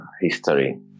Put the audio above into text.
history